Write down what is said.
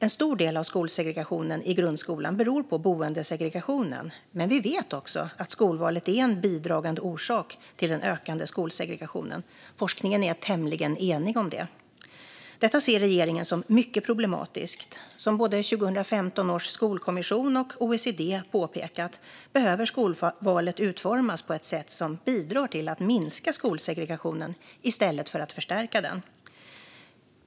En stor del av skolsegregationen i grundskolan beror på boendesegregationen, men vi vet också att skolvalet är en bidragande orsak till den ökade skolsegregationen. Forskningen är tämligen enig om det. Detta ser regeringen som mycket problematiskt. Som både 2015 års skolkommission och OECD påpekat behöver skolvalet utformas på ett sätt som bidrar till att minska skolsegregationen i stället för att förstärka den.